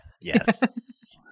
yes